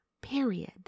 Period